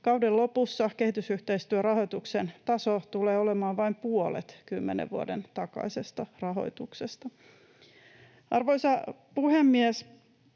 Kauden lopussa kehitysyhteistyörahoituksen taso tulee olemaan vain puolet kymmenen vuoden takaisesta rahoituksesta. Arvoisa puhemies!